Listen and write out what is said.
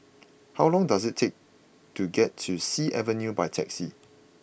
how long does it take to get to Sea Avenue by taxi